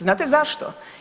Znate zašto?